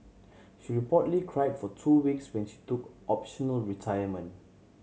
she reportedly cried for two weeks when she took optional retirement